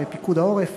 ופיקוד העורף,